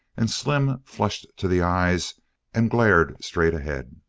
and slim flushed to the eyes and glared straight ahead.